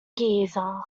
geezer